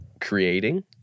creating